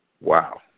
Wow